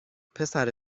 پسر